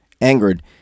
Angered